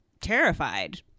terrified